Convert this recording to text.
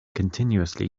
continuously